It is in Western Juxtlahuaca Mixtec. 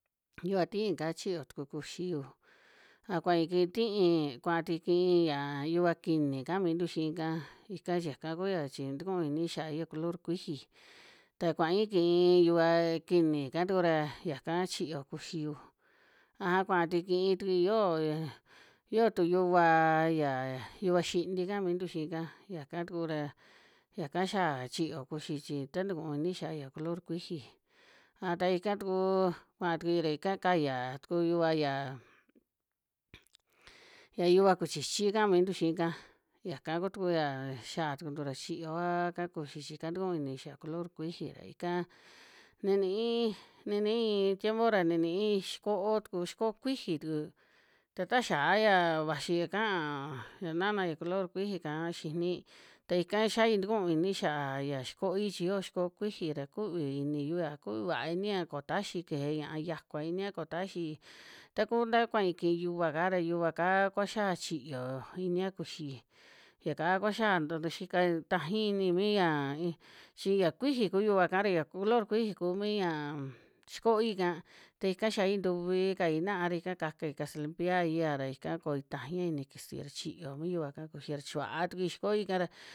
Yuva ti'íka chiyo tuku kuxiyu, a kua kii ti'í kuatui kii ña yuv kiini kaa mintu xii'ka, ika yaka kua chi tuku ini xiaya color kuiji ta kuai kii yuva kiini'ka tuku ra, yaka chiyo kuxiyu, aja kuaa tui kii tukui yoo, yoo tu yuvaa ya yuva xintii kaa mintu xii'ka yaka tuku ra, yaka xia chiyo kuxi chi ta tukuu ini xiaa ya color kuiji, a ta ika tuku kua tukui ra ika kaya tuku yuva ya ya yuva kuchichi kaa mintu xiika yaka ku tukuyaa xiaa tukuntu ra chioaaka kuxi chi ika tukuu ini xia'a color kuiji, ra ika nini'i, nini'i iin tiempo ra nini'i xiko'o tuku, xiko'o kuiji tuku ta taa xiaya vaxi ya kaa ya naana ya color kuiji'ka xini, ta ika xiai tuku ini xiaa ya xikoi chi yo xiko'o kuiji ra kuvi iniyuya, kuvi vaa iniya ko taxi keje ña'a yakua inia, koo taxi taku nta kuai kii yuva'ka ra, yuva'ka kua xiaa chiyo inia kuxi, yaka kua xiaa nto to xika tajai ini mi yaa in chi ya kuiji ku yuva'ka, xia color kuiji ku mii yan xiko'oika, ta ikam xiai ntuvi kai na'a ra ika kakai kasa limpiaia ra ika koi tajaia ini kisi ra chiyo mi yuva'ka kuxi ra, chikuaa tukui xiko'oika ra.